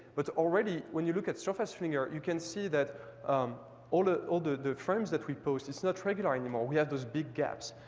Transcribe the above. but already, when you look at surface flinger, you can see that um all ah all the frames that we post, it's not regular anymore. we have those big gaps.